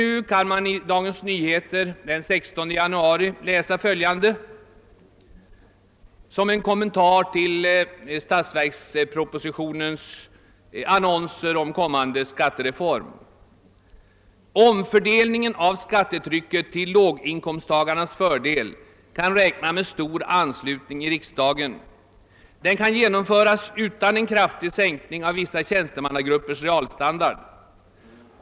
Nu kan man i Dagens Nyheter av den 16 januari läsa följande som utgör en kommentar till statsverkspropositionens förslag till skattereform : »Omfördelningen av skattetrycket till låginkomsttagarnas fördel kan räkna med stor anslutning i riksdagen. Den kan genomföras utan en kraftig sänkning av vissa tjänstemannagruppers = realstandard.